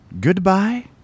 Goodbye